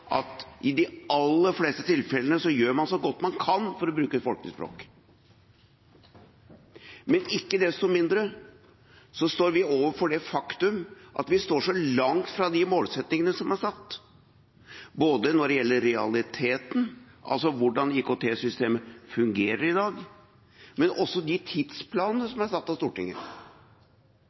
at i de aller fleste tilfellene gjør man så godt man kan, for å bruke et folkelig språk. Men ikke desto mindre står vi overfor det faktum at vi står så langt fra de målsettingene som er satt både når det gjelder realiteten, altså hvordan IKT-systemet fungerer i dag, og de tidsplanene som er satt av Stortinget.